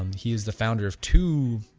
um he is the founder of two,